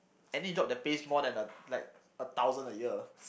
any job that pays more than a like a thousand a year